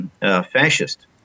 fascist